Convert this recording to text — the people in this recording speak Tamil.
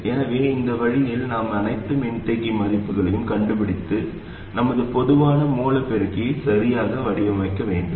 எனவே இந்த வழியில் நாம் அனைத்து மின்தேக்கி மதிப்புகளையும் கண்டுபிடித்து நமது பொதுவான மூல பெருக்கியை சரியாக வடிவமைக்க முடியும்